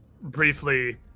briefly